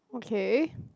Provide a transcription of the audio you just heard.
okay